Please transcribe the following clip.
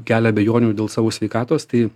kelia abejonių dėl savo sveikatos tai